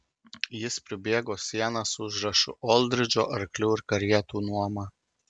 jis pribėgo sieną su užrašu oldridžo arklių ir karietų nuoma